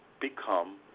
become